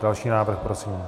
Další návrh prosím.